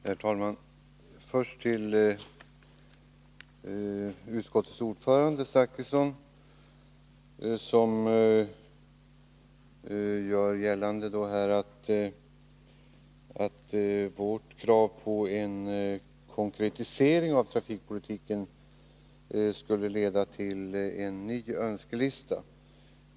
Herr talman! Först några ord till utskottets ordförande Bertil Zachrisson, som gjorde gällande att vårt krav på en konkretisering av trafikpolitiken skulle leda till en ny önskelista.